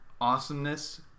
awesomeness